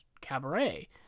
Cabaret